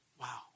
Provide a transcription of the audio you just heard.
Wow